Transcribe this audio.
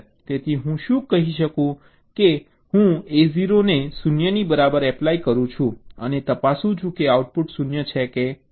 તેથી હું શું કહી શકું છું કે હું A0 ને 0 ની બરાબર એપ્લાય કરું છું અને તપાસું છું કે આઉટપુટ 0 છે કે નહીં